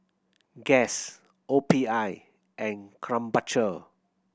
Guess O P I and Krombacher